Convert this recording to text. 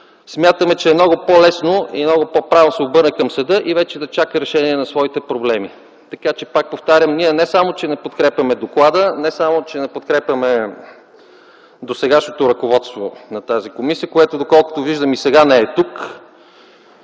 смятаме, че е много по-лесно и по-правилно да се обърне към съда и вече да чака решение на своите проблеми. Така че, пак повтарям, ние не само, че не подкрепяме доклада, не само, че не подкрепяме досегашното ръководство на тази комисия, което доколкото виждам и сега не е тук